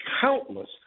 countless